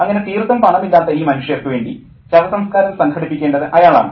അങ്ങനെ തീർത്തും പണമില്ലാത്ത ഈ മനുഷ്യർക്ക് വേണ്ടി ശവസംസ്കാരം സംഘടിപ്പിക്കേണ്ടത് അയാളാണ്